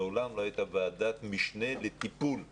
מעולם לא הייתה ועדת משנה לטיפול בנושאים.